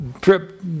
trip